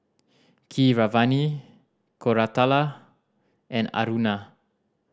Keeravani Koratala and Aruna